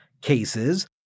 cases